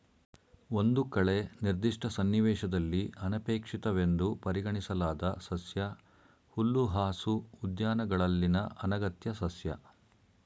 ಒಂದು ಕಳೆ ನಿರ್ದಿಷ್ಟ ಸನ್ನಿವೇಶದಲ್ಲಿ ಅನಪೇಕ್ಷಿತವೆಂದು ಪರಿಗಣಿಸಲಾದ ಸಸ್ಯ ಹುಲ್ಲುಹಾಸು ಉದ್ಯಾನಗಳಲ್ಲಿನ ಅನಗತ್ಯ ಸಸ್ಯ